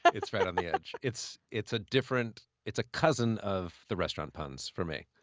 it's right on the edge. it's it's a different it's a cousin of the restaurant puns for me.